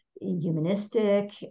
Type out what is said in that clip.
humanistic